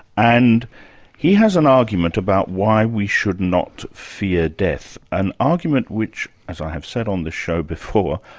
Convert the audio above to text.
and he has an argument about why we should not fear death, an argument which, as i have said on the show before,